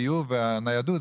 הדיור והניידות,